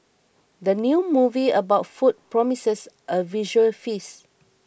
the new movie about food promises a visual feast